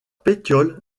pétiole